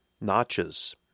notches